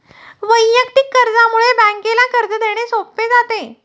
वैयक्तिक कर्जामुळे बँकेला कर्ज देणे सोपे जाते